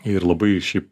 ir labai šiaip